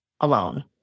alone